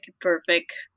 perfect